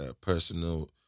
personal